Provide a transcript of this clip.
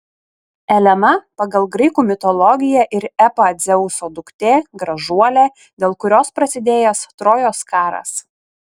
elena pagal graikų mitologiją ir epą dzeuso duktė gražuolė dėl kurios prasidėjęs trojos karas